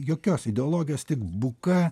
jokios ideologijos tik buka